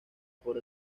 por